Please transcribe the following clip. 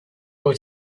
will